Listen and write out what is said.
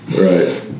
Right